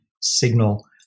signal